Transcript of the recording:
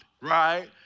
right